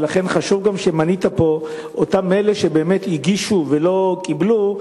לכן חשוב גם שמנית פה את אותם אלה שבאמת הגישו ולא קיבלו,